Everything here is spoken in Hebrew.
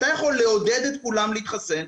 אתה יכול לעודד את כולם להתחסן,